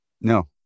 No